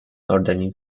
ordering